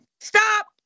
Stop